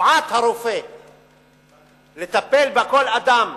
שבועת הרופא לטפל בכל אדם